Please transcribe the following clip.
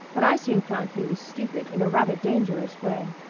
but i soon found he was stupid in a rather dangerous way.